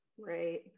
Right